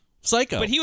Psycho